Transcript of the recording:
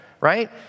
right